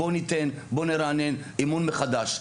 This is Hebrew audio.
בוא ניתן, בוא נרענן אמון מחדש.